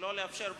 שלא לאפשר,